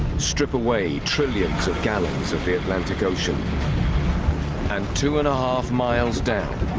strip away trillions of gallons of the atlantic ocean and two and a half miles down